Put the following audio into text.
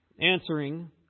Answering